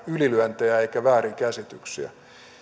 ylilyöntejä tai väärinkäsityksiä